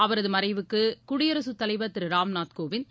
அவரது மறைவுக்கு குடியரசுத் தலைவர் திரு ராம்நாத் கோவிந்த்